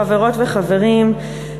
חברות וחברים,